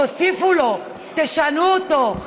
תוסיפו לו, תשנו אותו.